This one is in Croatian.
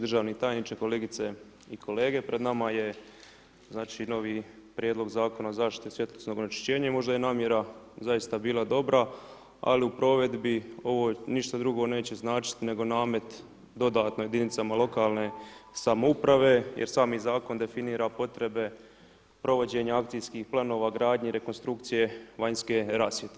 Državni tajniče, kolegice i kolege, pred nama je znači novi Prijedlog zakona o zaštiti svjetlosnog onečišćenja i možda je namjera zaista bila dobra, ali u provedbi ovo ništa drugo neće značiti nego namet dodatni jedinicama lokalne samouprave jer sami zakon definira potrebe provođenja akcijskih planova gradnje, rekonstrukcije vanjske rasvjete.